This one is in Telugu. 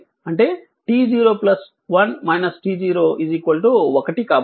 అంటే t0 1 t0 1 కాబట్టి